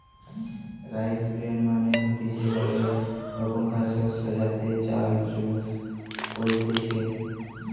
rice bran মানে হতিছে গটে রোকমকার শস্য যাতে চাল চুষ কলতিছে